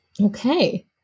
Okay